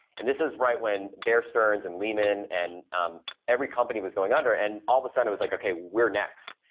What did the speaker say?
and this is right when bear stearns and lehman and every company was going under and all of a sudden it was like, okay, we're next.